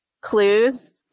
clues